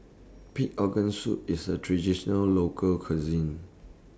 Pig'S Organ Soup IS A Traditional Local Cuisine